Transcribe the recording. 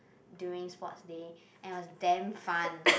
during sports day and it was damn fun